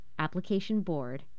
applicationboard